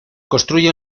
construye